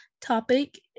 topic